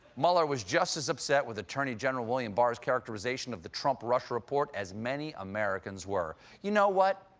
mueller was just as upset with attorney general william barr's characterization of the trump-russia report as many americans were. you know what?